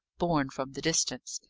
borne from the distance.